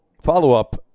Follow-up